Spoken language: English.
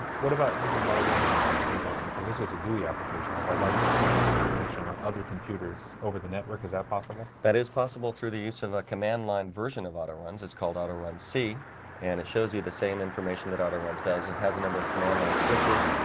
what about using auto runs in a network environment? because this is a gui application if i'd like to scan this information on other computers over the network. is that possible? that is possible through the use of a command line version of auto runs it's called auto run c and it shows you the same information that auto runs does and has a number of command line switches